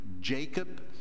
Jacob